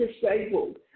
disabled